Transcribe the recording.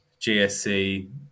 GSC